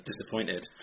disappointed